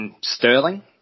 sterling